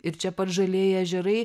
ir čia pat žalieji ežerai